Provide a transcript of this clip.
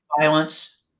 violence